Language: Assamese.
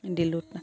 দিলোঁ